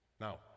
now